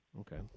Okay